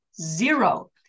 Zero